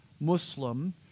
Muslim